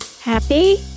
Happy